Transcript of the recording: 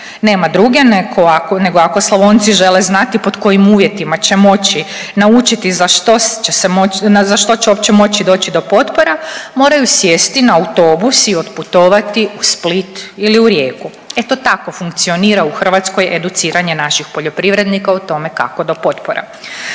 Nema druge ako Slavonci žele znati pod kojim uvjetima će moći naučiti za što će uopće moći doći do potpora moraju sjesti na autobus i otputovati u Split ili u Rijeku. Eto tako funkcionira u Hrvatskoj educiranje naših poljoprivrednika u tome kako do potpora.